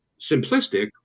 simplistic